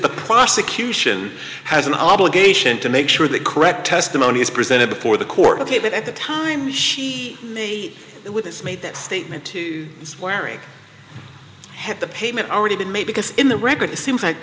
the prosecution has an obligation to make sure that correct testimony is presented before the court ok but at the time she me with this made that statement swearing had the payment already been made because in the record it seems like